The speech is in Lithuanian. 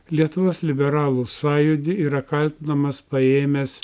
lietuvos liberalų sąjūdy yra kaltinamas paėmęs